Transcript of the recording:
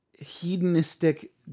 hedonistic